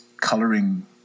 coloring